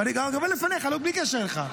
ואני גם אומר לפניך, בלי קשר אליך,